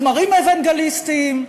כמרים אוונגליסטים,